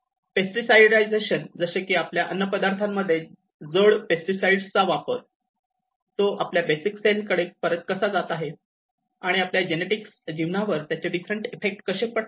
पेस्टीसाईडीझशन जसे की आपल्या अन्नपदार्थामध्ये जड पेस्टीसाईडस वापर तो आपल्या बेसिक सेलकडे परत कसा जात आहे आणि आपल्या जेनेटिकस जीवनावर त्याचे डिफरंट इफेक्ट कसे पडतात